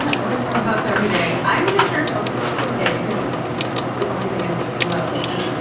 ah a and little bit of both. every day i'm and sure i felt it today because it's the only thing i'm thinking about lately.